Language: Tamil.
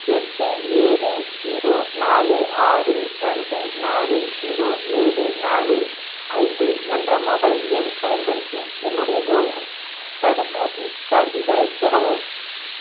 எட்டு ஏழு ஜீரோ நாலு ஆறு ரெண்டு நாலு ஜீரோ ஏழு நாலு ஐந்து என்ற மொபைல் எண் பயன்படுத்தி என்னுடைய கோவின் தடுப்பூசிச் சான்றிதழைப் பெறவும்